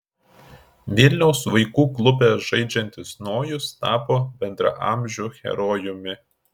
vilniaus vaikų klube žaidžiantis nojus tapo bendraamžių herojumi